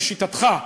לשיטתך,